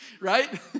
Right